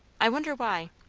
i wonder why?